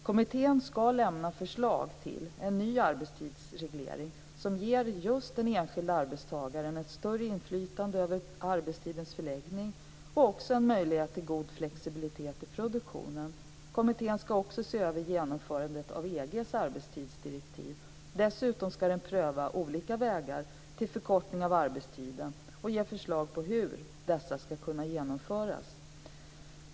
Kommittén ska lämna förslag till en ny arbetstidsreglering som ger den enskilda arbetstagaren ett större inflytande över arbetstidens förläggning och också en möjlighet till god flexibilitet i produktionen. Kommittén ska också se över genomförandet av EG:s arbetstidsdirektiv. Dessutom ska den pröva olika vägar till förkortning av arbetstiden och ge förslag på hur dessa ska kunna genomföras.